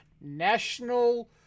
national